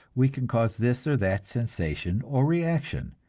we can cause this or that sensation or reaction,